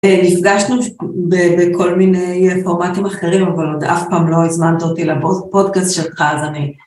נפגשנו בכל מיני פורמטים אחרים, אבל עוד אף פעם לא הזמנת אותי לפודקאסט שלך, אז אני...